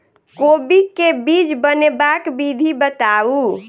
कोबी केँ बीज बनेबाक विधि बताऊ?